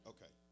Okay